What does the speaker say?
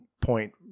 point